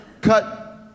cut